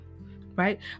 Right